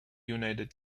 united